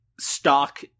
stock